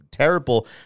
Terrible